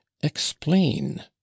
explain